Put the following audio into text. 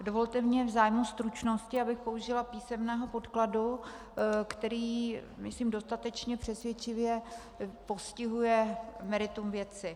Dovolte mně v zájmu stručnosti, abych použila písemného podkladu, který myslím dostatečně přesvědčivě postihuje meritum věci.